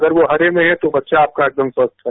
अगर वो हरे में है तो आपका बच्चा एकदम स्वस्थ है